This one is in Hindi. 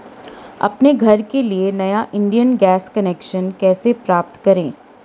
अपने घर के लिए नया इंडियन गैस कनेक्शन कैसे प्राप्त करें?